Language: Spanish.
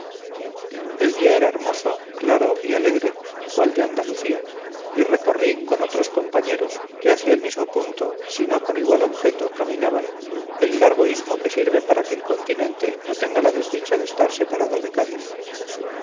el día era hermoso claro y alegre cual de andalucía y recorrí con otros compañeros que hacia el mismo punto si no con igual objeto caminaban el largo istmo que sirve para que el continente no tenga la desdicha de estar separado de cádiz